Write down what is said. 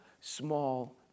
small